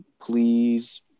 please